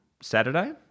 Saturday